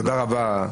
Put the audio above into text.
תודה רבה.